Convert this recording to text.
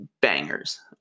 bangers